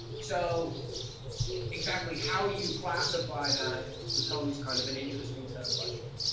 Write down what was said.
so exactly how you classify that becomes kind of an interesting set of questions.